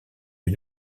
une